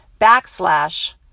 backslash